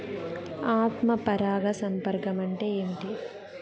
ఆత్మ పరాగ సంపర్కం అంటే ఏంటి?